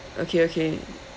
okay okay